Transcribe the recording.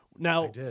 Now